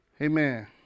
Amen